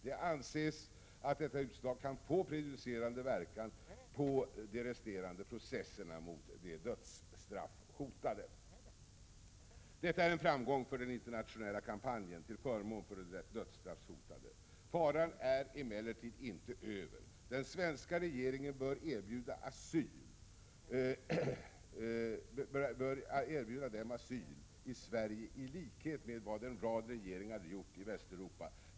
Det anses att detta utslag kan få prejudicerande verkan på de resterande processerna mot de dödsstraffshotade. Detta är en framgång för den internationella kampanjen till förmån för de dödsstraffshotade. Faran är emellertid inte över. Den svenska regeringen bör erbjuda dem asyl i Sverige, i likhet med vad en rad regeringar gjort i Västeuropa.